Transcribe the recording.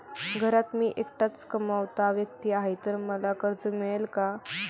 घरात मी एकटाच कमावता व्यक्ती आहे तर मला कर्ज मिळेल का?